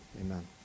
Amen